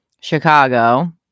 Chicago